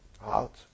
out